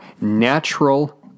natural